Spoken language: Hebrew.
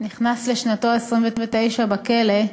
נכנס לשנתו ה-29 בכלא,